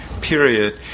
period